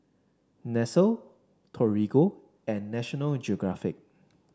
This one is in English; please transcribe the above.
Nestle Torigo and National Geographic